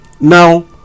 now